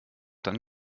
dann